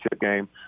game